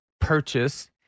purchase